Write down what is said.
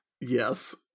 Yes